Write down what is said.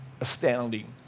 astounding